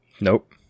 Nope